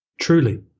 Truly